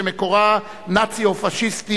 שמקורה נאצי או פאשיסטי,